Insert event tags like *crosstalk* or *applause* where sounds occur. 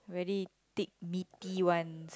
very thick meaty *noise* ones